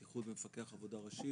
ומפקח עבודה ראשי,